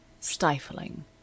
stifling